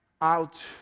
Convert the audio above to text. out